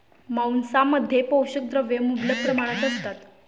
मांसामध्ये पोषक द्रव्ये मुबलक प्रमाणात असतात